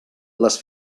les